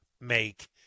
make